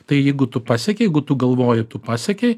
tai jeigu tu pasiekei jeigu tu galvoji tu pasiekei